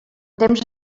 temps